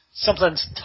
Something's